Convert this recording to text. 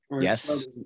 Yes